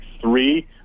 three